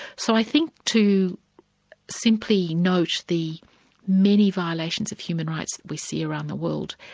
so i think to simply note the many violations of human rights that we see around the world,